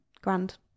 grand